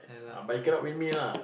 but you cannot win me lah